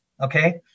Okay